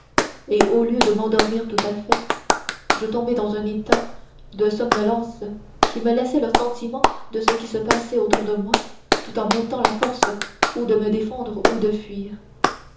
et au lieu de m'endormir tout à fait je tombai dans un état de somnolence qui me laissait le sentiment de ce qui se passait autour de moi tout en m'ôtant la force ou de me défendre ou de fuir